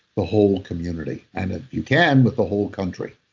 the whole community, and if you can, with the whole country.